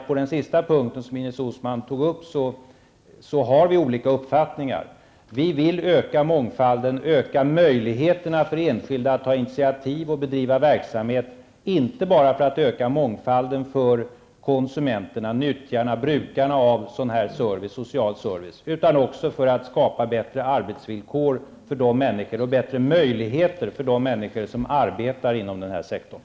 På den sista punkten som Ines Uusmann tog upp har vi olika uppfattningar. Vi vill öka mångfalden och öka möjligheterna för enskilda att ta initiativ och bedriva verksamhet, inte bara för att öka mångfalden för konsumenterna, nyttjarna och brukarna av social service, utan också för att skapa bättre arbetsvillkor och bättre möjligheter för de människor som arbetar inom den här sektorn.